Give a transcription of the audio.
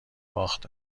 باخت